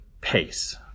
Pace